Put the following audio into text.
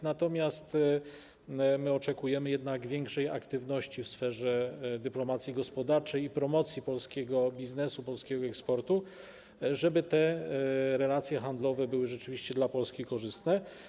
Natomiast oczekujemy jednak większej aktywności w sferze dyplomacji gospodarczej i promocji polskiego biznesu, polskiego eksportu, żeby relacje handlowe były rzeczywiście dla Polski korzystne.